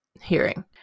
hearing